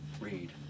read